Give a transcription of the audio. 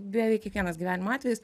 beveik kiekvienas gyvenimo atvejis